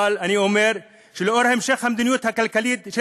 אבל אני אומר שלאור המשך המדיניות הכלכלית של